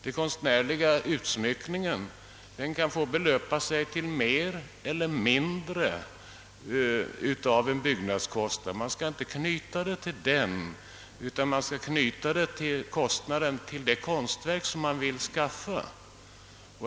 Den konstnärliga utsmyckningen bör kunna få belöpa sig till mer eller mindre än en procent av den totala byggnadskostnaden. Man skall inte knyta kostnaden för den konstnärliga utsmyckningen till denna utan till det konstverk man önskar skaffa.